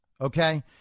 okay